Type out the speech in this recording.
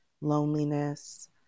loneliness